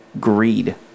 greed